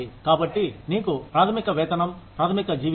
కాబట్టి నీకు ప్రాథమిక వేతనం ప్రాథమిక జీవితం